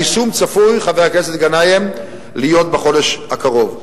היישום צפוי, חבר הכנסת גנאים, בחודש הקרוב.